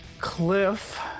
Cliff